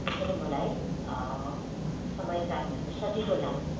त्यसैले मलाई समय काट्न चाहिँ सजिलो लाग्छ